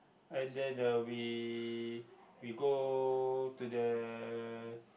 and then uh we we go to the